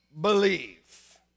Believe